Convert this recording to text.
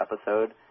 episode